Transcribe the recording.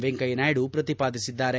ವೆಂಕಯ್ಯ ನಾಯ್ಡು ಪ್ರತಿಪಾದಿಸಿದ್ದಾರೆ